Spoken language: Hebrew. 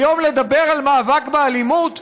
היום לדבר על מאבק באלימות?